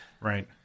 Right